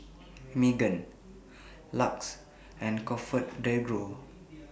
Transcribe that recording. Megan LUX and ComfortDelGro